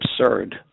absurd